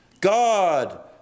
God